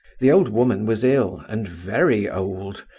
the old woman was ill and very old,